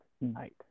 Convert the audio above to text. Night